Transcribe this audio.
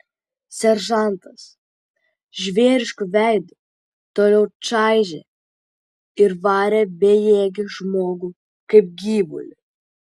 seržantas žvėrišku veidu toliau čaižė ir varė bejėgį žmogų kaip gyvulį